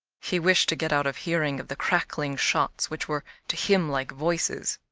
he wished to get out of hearing of the crackling shots which were to him like voices.